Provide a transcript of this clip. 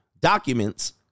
documents